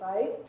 right